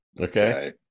okay